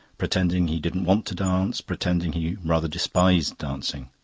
pretending he didn't want to dance, pretending he rather despised dancing.